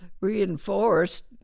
reinforced